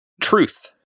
Truth